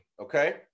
okay